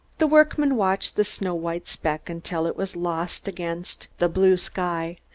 the workman watched the snow-white speck until it was lost against the blue sky,